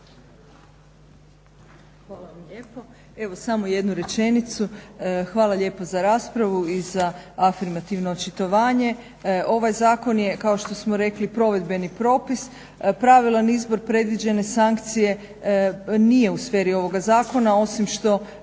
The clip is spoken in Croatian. Hvala vam lijepo. Evo samo jednu rečenicu. Hvala lijepo za raspravu i za afirmativno očitovanje. Ovaj zakon je kao što smo rekli provedbeni propis, pravilan izbor predviđene sankcije nije u sferi ovoga zakona osim što